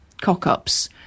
cock-ups